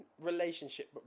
relationship